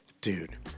dude